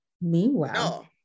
meanwhile